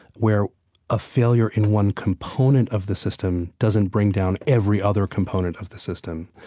where a failure in one component of the system doesn't bring down every other component of the system.